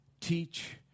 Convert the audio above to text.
teach